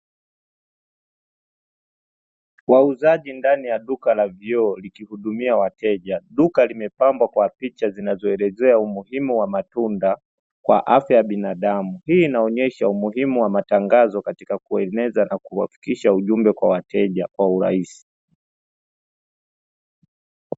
Wauzaji ndani ya duka la vioo likihudumia wateja. Duka limepambwa kwa picha zinazoelezea umuhimu wa matunda kwa afya ya binadamu. Hii inaonesha umuhimu kwa matangazo katika kueneza na kufikisha ujumbe kwa urahisi.